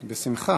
בשמחה.